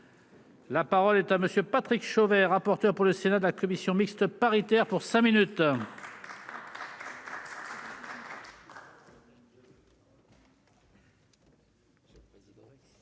La parole est à monsieur Patrick Chauvet, rapporteur pour le Sénat, la commission mixte paritaire pour 5 minutes.